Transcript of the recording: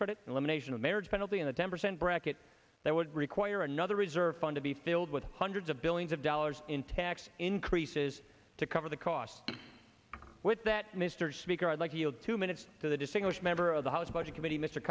credit elimination of marriage penalty in the tempers and bracket that would require another reserve fund to be filled with hundreds of billions of dollars in tax increases to cover the cost with that mr speaker i'd like yield two minutes to the distinguished member of the house budget committee mr